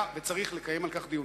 צריך לקיים על כך דיון.